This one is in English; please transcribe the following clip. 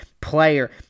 player